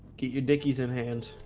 get your dickies in hand